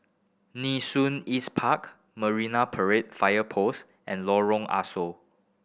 Nee Soon East Park Marine Parade Fire Post and Lorong Ah Soo